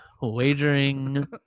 wagering